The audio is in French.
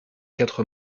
quatre